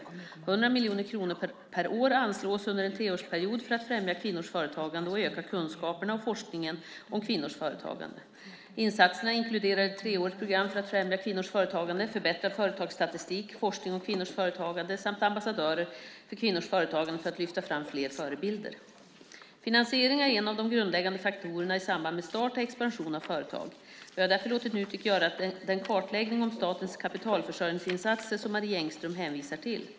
100 miljoner kronor per år anslås under en treårsperiod för att främja kvinnors företagande och öka kunskaperna och forskningen om kvinnors företagande. Insatserna inkluderar ett treårigt program för att främja kvinnors företagande, förbättrad företagsstatistik, forskning om kvinnors företagande samt ambassadörer för kvinnors företagande för att lyfta fram fler förebilder. Finansiering är en av de grundläggande faktorerna i samband med start och expansion av företag. Vi har därför låtit Nutek göra den kartläggning av statens kapitalförsörjningsinsatser som Marie Engström hänvisar till.